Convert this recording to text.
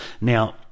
Now